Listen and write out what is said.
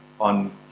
on